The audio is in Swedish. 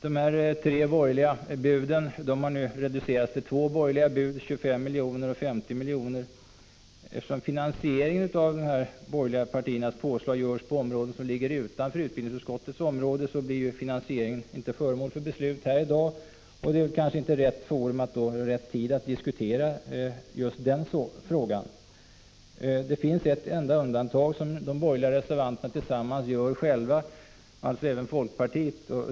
De tre borgerliga buden har nu reducerats till två: 25 resp. 50 milj.kr. Eftersom finansieringen av de borgerliga partiernas påslag görs på områden som ligger utanför utbildningsutskottets område, blir finansieringen inte föremål för beslut här i dag, och det är väl då kanske inte rätt tidpunkt att diskutera den frågan. Det finns ett enda undantag, som de borgerliga reservanterna anger tillsammans — även med folkpartiet.